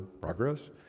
progress